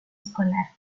escolar